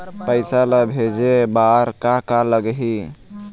पैसा ला भेजे बार का का लगही?